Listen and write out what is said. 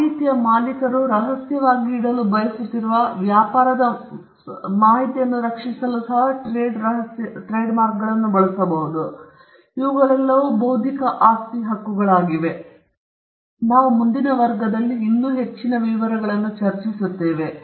ಮಾಹಿತಿಯ ಮಾಲೀಕರು ರಹಸ್ಯವಾಗಿ ಇಡಲು ಬಯಸುತ್ತಿರುವ ವ್ಯಾಪಾರದ ಮಾಹಿತಿಯನ್ನು ರಕ್ಷಿಸಲು ಟ್ರೇಡ್ ರಹಸ್ಯಗಳನ್ನು ಬಳಸಬಹುದು ಮತ್ತು ಇತರ ಬೌದ್ಧಿಕ ಆಸ್ತಿ ಹಕ್ಕುಗಳು ಇವೆ ನಾವು ಮುಂದೆ ಹೋಗುತ್ತಿರುವಾಗ ಕೆಲವು ವಿವರಗಳನ್ನು ಚರ್ಚಿಸುತ್ತೇವೆ